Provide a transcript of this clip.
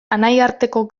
anaiarteko